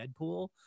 Deadpool